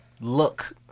look